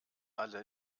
alle